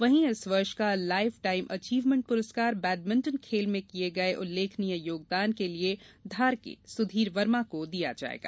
वहीं इस वर्ष का लाइफ टाइम अचिव्हमेन्ट पुरस्कार बैडमिंटन खेल में किए गए उल्लेखनीय योगदान के लिए धार के सुधीर वर्मा को दिया जायेगा